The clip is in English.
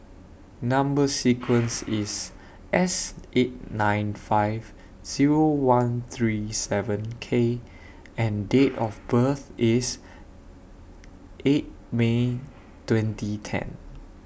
Number sequence IS S eight nine five Zero one three seven K and Date of birth IS eight May twenty ten